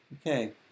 Okay